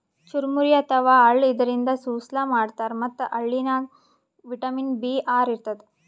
ಚುರಮುರಿ ಅಥವಾ ಅಳ್ಳ ಇದರಿಂದ ಸುಸ್ಲಾ ಮಾಡ್ತಾರ್ ಮತ್ತ್ ಅಳ್ಳನಾಗ್ ವಿಟಮಿನ್ ಬಿ ಆರ್ ಇರ್ತದ್